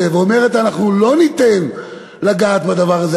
ואומרת: אנחנו לא ניתן לגעת בדבר הזה,